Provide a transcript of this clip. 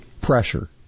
Pressure